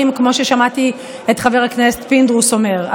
כמו ששמעתי את חבר הכנסת פינדרוס אומר.